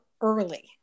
early